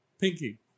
Pinky